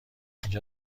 اینجا